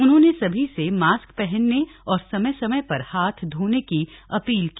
उन्होंने सभी से मास्क पहनें और समय समय पर हाथ धोने की अपील की